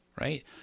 right